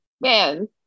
man